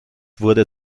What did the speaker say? wurde